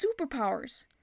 superpowers